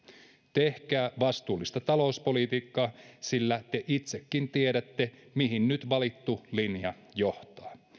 tehkää vastuullista talouspolitiikkaa sillä te itsekin tiedätte mihin nyt valittu linja johtaa